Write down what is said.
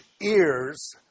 ears